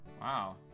Wow